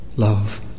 love